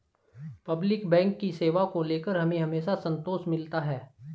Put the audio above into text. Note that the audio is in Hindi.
पब्लिक बैंक की सेवा को लेकर हमें हमेशा संतोष मिलता है